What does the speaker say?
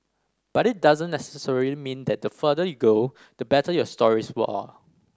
but it doesn't necessarily mean that the farther you go the better your stories will are